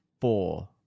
four